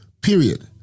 period